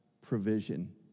provision